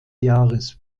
jahres